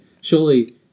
surely